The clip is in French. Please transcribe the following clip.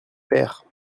pères